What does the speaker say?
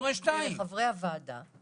"הורה 2". לחברי הוועדה